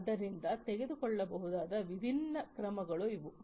ಆದ್ದರಿಂದ ತೆಗೆದುಕೊಳ್ಳಬಹುದಾದ ವಿಭಿನ್ನ ಕ್ರಮಗಳು ಇವು